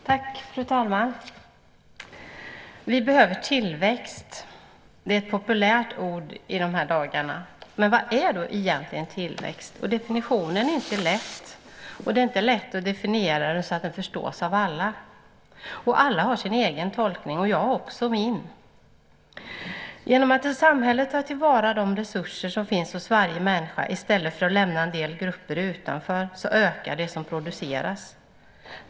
Fru talman! Vi behöver tillväxt. Det är ett populärt ord i dessa dagar. Men vad är egentligen tillväxt? Definitionen är inte lätt. Det är inte lätt att definiera det så att det förstås av alla. Alla har sin egen tolkning, och jag har också min. Genom att man i samhället tar till vara de resurser som finns hos varje människa i stället för att lämna en del grupper utanför ökar det som produceras.